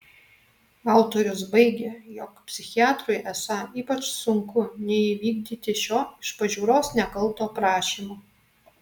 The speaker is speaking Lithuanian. autorius baigia jog psichiatrui esą ypač sunku neįvykdyti šio iš pažiūros nekalto prašymo